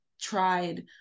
tried